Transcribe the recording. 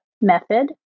method